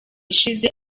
ishize